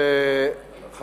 תודה רבה לך,